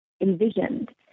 envisioned